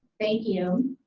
thank you.